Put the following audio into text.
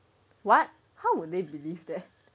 what how will they believe that